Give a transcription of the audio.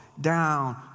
down